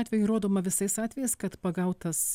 atveju įrodoma visais atvejais kad pagautas